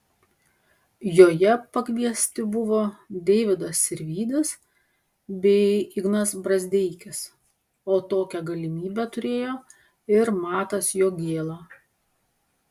joje pakviesti buvo deividas sirvydis bei ignas brazdeikis o tokią galimybę turėjo ir matas jogėla